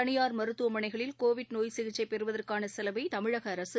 தனியார் மருத்துவமனைகளில் கோவிட் நோய் சிகிச்சை பெறுவதற்கான செலவை தமிழக அரசு